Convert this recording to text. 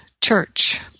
church